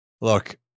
look